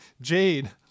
Jade